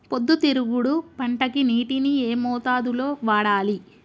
పొద్దుతిరుగుడు పంటకి నీటిని ఏ మోతాదు లో వాడాలి?